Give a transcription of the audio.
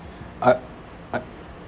I I